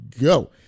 go